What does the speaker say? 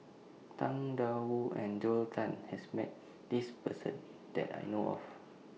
Tang DA Wu and Joel Tan has Met This Person that I know of